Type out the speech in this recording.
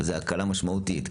זוהי הקלה משמעותית.